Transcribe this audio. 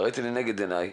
ראיתי לנגד עיניי